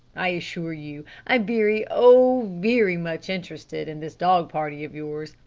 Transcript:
i assure you i'm very oh, very much interested in this dog party of yours!